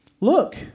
look